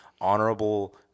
honorable